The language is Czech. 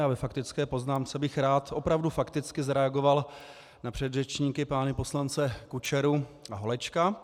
Já bych ve faktické poznámce rád opravdu fakticky zareagoval na předřečníky, pány poslance Kučeru a Holečka.